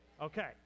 Okay